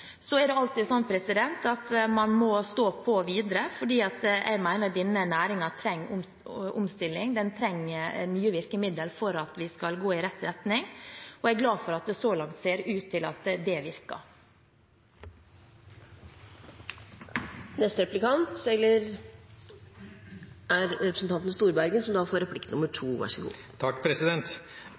Så er det alltid sånn at man må stå på videre. Jeg mener denne næringen trenger omstilling. Den trenger nye virkemidler for at vi skal gå i rett retning, og jeg er glad for at det så langt ser ut til at det virker.